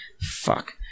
fuck